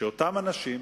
שאותם אנשים,